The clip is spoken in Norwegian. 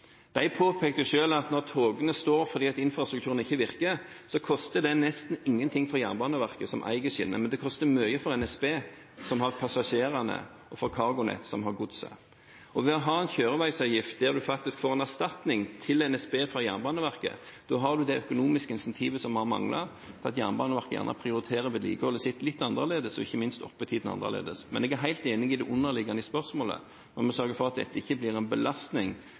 De påpekte selv at når togene står fordi infrastrukturen ikke virker, koster det nesten ingenting for Jernbaneverket, som eier skinnene, men det koster mye for NSB, som har passasjerene, og for CargoNet, som har godset. Ved å ha en kjøreveisavgift der NSB får erstatning fra Jernbaneverket, har vi det økonomiske incentivet som vi har manglet for at Jernbaneverket gjerne prioriterer vedlikeholdet sitt litt annerledes, og ikke minst oppetidene annerledes. Men jeg er helt enig i det underliggende i spørsmålet, at vi sørger for at dette ikke blir en belastning